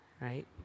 right